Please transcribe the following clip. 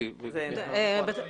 הסוהר.